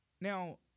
Now